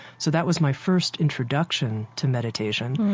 so that was my first introduction to meditation.